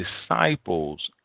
disciples